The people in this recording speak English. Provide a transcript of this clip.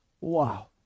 Wow